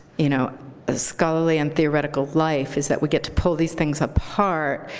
you know ah scholarly and theoretical life is that we get to pull these things apart,